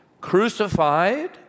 Crucified